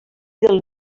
del